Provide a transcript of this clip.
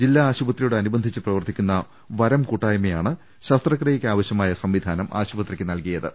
ജില്ലാ ആശുപത്രിയോടനുബന്ധിച്ച് പ്രവർത്തിക്കുന്ന വരം കൂട്ടായ്മയാണ് ശസ്ത്രക്രിയക്കാവശ്യമായ സംവി ധാനം ആശുപത്രിക്ക് നൽകിയത്